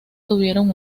tuvieron